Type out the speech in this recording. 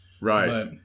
Right